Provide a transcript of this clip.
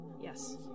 Yes